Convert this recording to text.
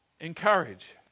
encourage